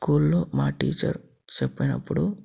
school లో మా teacher చెప్పినప్పుడు